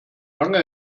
lange